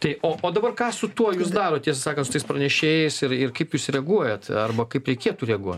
tai o dabar ką su tuo jūs darot tiesą sakant su tais pranešėjais ir ir kaip jūs reaguojat arba kaip reikėtų reaguot